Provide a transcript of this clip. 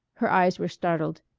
her eyes were startled.